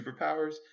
superpowers